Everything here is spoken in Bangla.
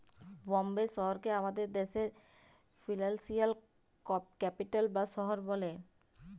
বম্বে শহরকে আমাদের দ্যাশের ফিল্যালসিয়াল ক্যাপিটাল বা শহর ব্যলে